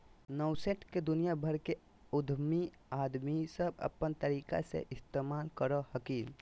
nascent के दुनिया भर के उद्यमी आदमी सब अपन तरीका से इस्तेमाल करो हखिन